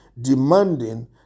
demanding